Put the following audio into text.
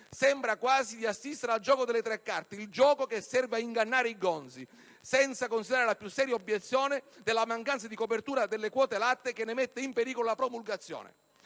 Sembra quasi di assistere al gioco delle tre carte, il gioco che serve ad ingannare i gonzi, senza considerare la più seria obiezione della mancanza di copertura del provvedimento sulle quote latte che ne mette in pericolo la promulgazione.